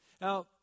Now